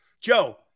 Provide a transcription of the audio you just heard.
Joe